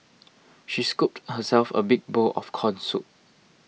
she scooped herself a big bowl of Corn Soup